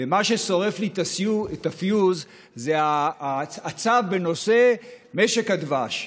מה ששורף לי את הפיוז זה הצו בנושא משק הדבש.